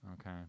Okay